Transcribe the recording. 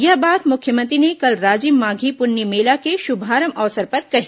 यह बात मुख्यमंत्री ने कल राजिम माधी पुन्नी मेला के श्भारंभ अवसर पर कही